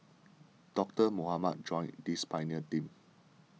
Doctor Mohamed joined this pioneer team